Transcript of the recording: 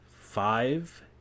five